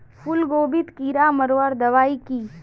फूलगोभीत कीड़ा मारवार दबाई की?